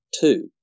two